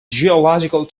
geological